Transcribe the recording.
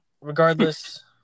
regardless